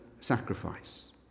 sacrifice